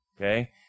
Okay